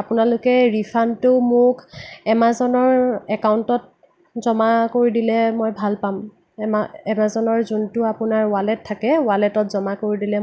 আপোনালোকে ৰিফাণ্ডটো মোক এমাজনৰ একাউণ্টত জমা কৰি দিলে মই ভাল পাম এমাজনৰ যোনটো আপোনাৰ ৱালেট থাকে ৱালেটত জমা কৰি দিলে মই ভাল পাম